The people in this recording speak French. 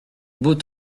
beau